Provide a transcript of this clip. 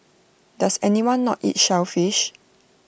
does anyone not eat shellfish